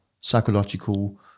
psychological